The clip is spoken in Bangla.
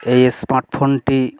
এই স্মার্ট ফোনটি